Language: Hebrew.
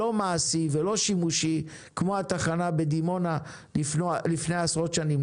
לא מעשי ולא שימושי כמו התחנה בדימונה לפני עשרות שנים.